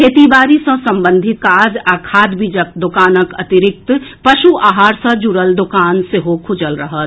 खेती बारी सँ संबंधित काज आ खाद बीजक दोकानक अतिरिक्त पशु आहार सँ जुड़ल दोकान सेहो खुजल रहत